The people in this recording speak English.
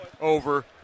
over